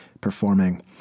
performing